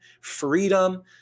freedom